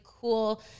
cool